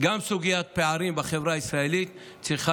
וגם סוגיית הפערים בחברה הישראלית צריכות